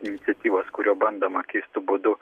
iniciatyvos kuriuo bandoma keistu būdu